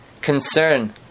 concern